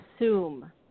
assume